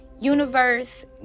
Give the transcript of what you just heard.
universe